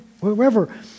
whoever